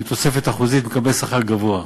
מתוספת אחוזית למקבלי שכר גבוה.